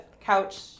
couch